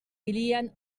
dirien